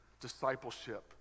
discipleship